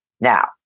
Now